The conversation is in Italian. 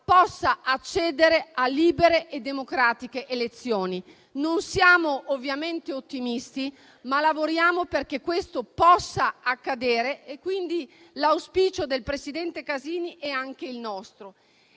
possa accedere a libere e democratiche elezioni. Non siamo ovviamente ottimisti, ma lavoriamo perché questo possa accadere. Quindi, l'auspicio del presidente Casini è anche il nostro.